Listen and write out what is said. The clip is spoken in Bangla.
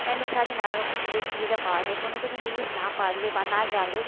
ইন্টারনেটের সাহায্যে নানা রকম সুযোগ সুবিধা পাওয়া যায় কোনো কিছু জিনিস না পারলে বা না জানলে